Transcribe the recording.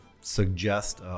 suggest